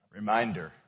reminder